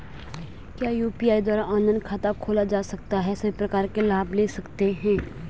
क्या यु.पी.आई द्वारा ऑनलाइन खाता खोला जा सकता है सभी प्रकार के लाभ ले सकते हैं?